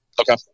Okay